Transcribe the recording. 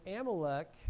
Amalek